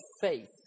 faith